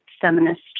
Feminist